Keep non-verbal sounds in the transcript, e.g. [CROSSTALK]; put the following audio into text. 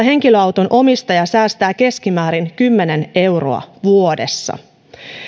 [UNINTELLIGIBLE] henkilöauton omistaja säästää keskimäärin kymmenen euroa vuodessa